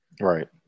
Right